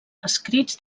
escrits